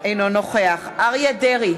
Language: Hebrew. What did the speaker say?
אינו נוכח אריה דרעי,